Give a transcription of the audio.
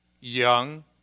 young